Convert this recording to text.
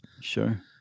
Sure